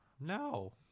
No